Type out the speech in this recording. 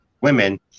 women